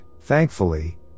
thankfully